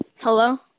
Hello